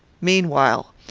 meanwhile,